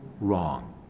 wrong